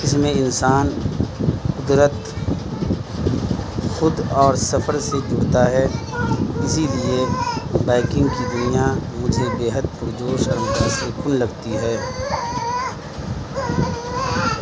اس میں انسان قدرت خود اور سفر سے جڑتا ہے اسی لیے بائکنگ کی دنیا مجھے بے حد پرجوش اور متاثر کن لگتی ہے